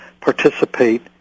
participate